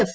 F